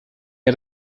had